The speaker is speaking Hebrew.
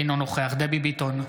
אינו נוכח דבי ביטון,